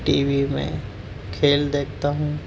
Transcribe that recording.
T V میں کھیل دیکھتا ہوں